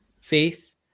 Faith